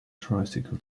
tricycle